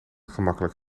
gemakkelijk